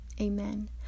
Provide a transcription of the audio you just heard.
amen